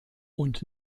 und